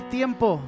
time